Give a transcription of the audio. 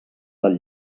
del